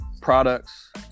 products